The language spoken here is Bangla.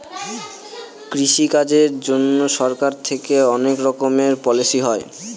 কৃষি কাজের জন্যে সরকার থেকে অনেক রকমের পলিসি হয়